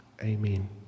amen